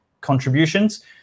contributions